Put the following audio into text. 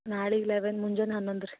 ನಾಳಿಗೆ ಲೆವೆನ್ ಮುಂಜಾನೆ ಹನ್ನೊಂದು ರೀ